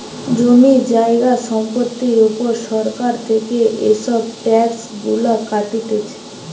জমি জায়গা সম্পত্তির উপর সরকার থেকে এসব ট্যাক্স গুলা কাটতিছে